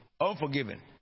unforgiven